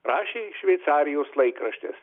rašė šveicarijos laikraštis